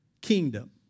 kingdom